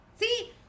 See